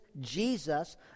Jesus